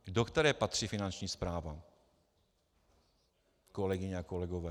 Do které patří Finanční správa, kolegyně a kolegové?